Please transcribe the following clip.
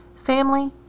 family